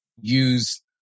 use